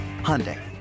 Hyundai